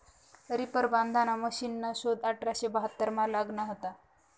reaper बांधाना मशिनना शोध अठराशे बहात्तरमा लागना व्हता